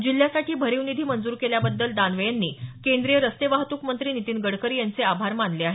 जिल्ह्यासाठी भरीव निधी मंजूर केल्याबद्दल दानवे यांनी केंद्रीय रस्ते वाहतूक मंत्री नितीन गडकरी यांचे आभार मानले आहेत